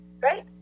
Great